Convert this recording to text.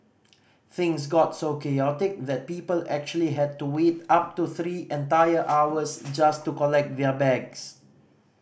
things got so chaotic that people actually had to wait up to three entire hours just to collect their bags